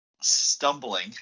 stumbling